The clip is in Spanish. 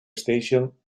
station